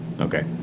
Okay